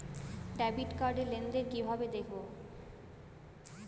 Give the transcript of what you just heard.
Debit card র লেনদেন কিভাবে দেখবো?